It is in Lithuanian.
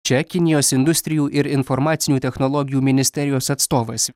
čia kinijos industrijų ir informacinių technologijų ministerijos atstovas